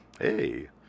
Hey